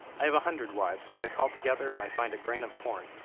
i have a hundred wives, which i call together when i find a grain of corn,